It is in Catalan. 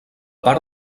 part